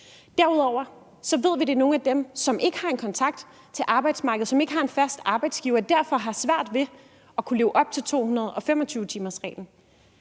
Derudover ved vi, at det er nogle af dem, som ikke har en kontakt til arbejdsmarkedet, som ikke har en fast arbejdsgiver, og som derfor har svært ved at kunne leve op til 225-timersreglen.